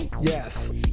Yes